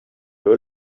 were